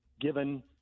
given